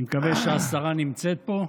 אני מקווה שהשרה נמצאת פה.